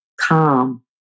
calm